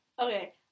Okay